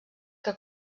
que